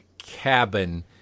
cabin